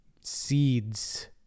seeds